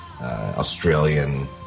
Australian